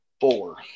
four